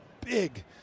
big